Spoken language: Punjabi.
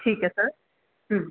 ਠੀਕ ਹੈ ਸਰ